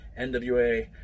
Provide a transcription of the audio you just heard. NWA